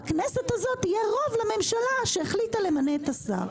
בכנסת הזאת יהיה רוב לממשלה שהחליטה למנות את השר.